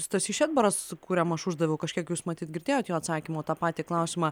stasys šedbaras kuriam aš uždaviau kažkiek jūs matyt girdėjot jo atsakymą į tą patį klausimą